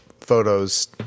photos